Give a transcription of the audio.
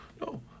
no